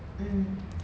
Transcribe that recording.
um